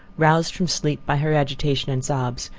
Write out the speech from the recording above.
roused from sleep by her agitation and sobs,